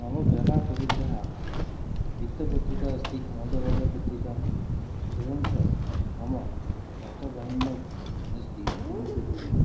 मम प्रसिद्धः वृत्तपत्रिका अस्ति आनन्दबज़ार्पत्रिका एवञ्च मम वार्तावाहिन्याम् अस्ति न्युज़् एय्टिन्